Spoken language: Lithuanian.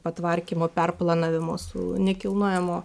patvarkymo perplanavimo su nekilnojamo